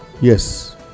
yes